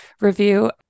review